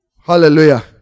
Hallelujah